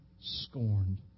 scorned